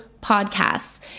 podcasts